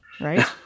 right